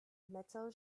metal